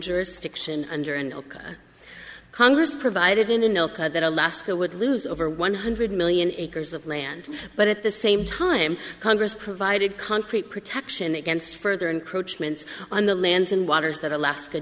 jurisdiction under an oak congress provided in anelka that alaska would lose over one hundred million acres of land but at the same time congress provided concrete protection against further encroachments on the lands and waters that alaska